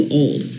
old